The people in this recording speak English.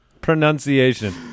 pronunciation